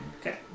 Okay